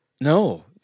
No